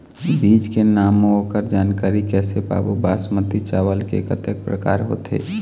बीज के नाम अऊ ओकर जानकारी कैसे पाबो बासमती चावल के कतेक प्रकार होथे?